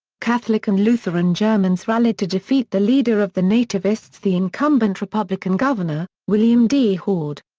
catholic and lutheran germans rallied to defeat the leader of the nativists the incumbent republican governor, william d. hoard.